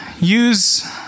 use